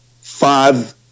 five